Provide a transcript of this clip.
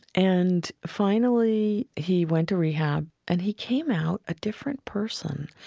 and finally he went to rehab, and he came out a different person.